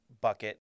bucket